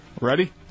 Ready